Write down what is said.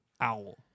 Owl